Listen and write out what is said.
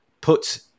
put